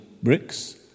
bricks